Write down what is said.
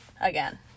again